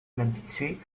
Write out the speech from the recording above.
m’habituer